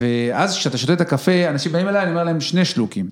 ואז כשאתה שותה את הקפה, אנשים באים אליי, אני אומר להם שני שלוקים.